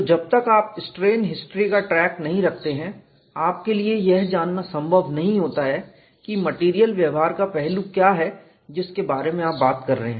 तो जब तक आप स्ट्रेन हिस्ट्री का ट्रैक नहीं रखते हैं आपके लिए यह जानना संभव नहीं होता है कि मेटेरियल व्यवहार का पहलू क्या है जिसके बारे में आप बात कर रहे हैं